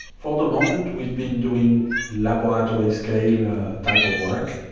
for the moment we've been doing laboratory-scale type of work.